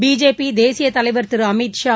BJP தேசிய தலைவர் திரு அமித்ஷா